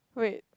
wait